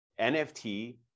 NFT